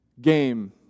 game